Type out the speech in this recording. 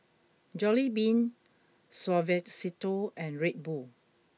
Jollibean Suavecito and Red Bull